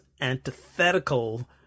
antithetical